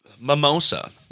mimosa